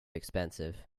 expensive